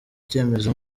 icyemezo